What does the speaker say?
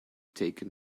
taken